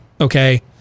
okay